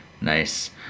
Nice